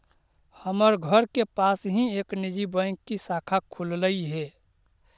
हमर घर के पास ही एक निजी बैंक की शाखा खुललई हे